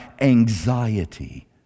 anxiety